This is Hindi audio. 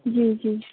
जी जी